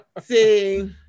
See